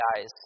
eyes